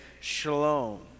shalom